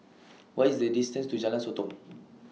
What IS The distance to Jalan Sotong